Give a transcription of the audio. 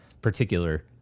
particular